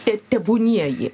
te tebūnie jie